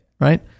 right